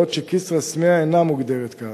בעוד שכסרא-סמיע אינה מוגדרת כך.